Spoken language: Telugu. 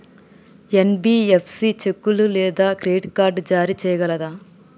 ఎన్.బి.ఎఫ్.సి చెక్కులు లేదా క్రెడిట్ కార్డ్ జారీ చేయగలదా?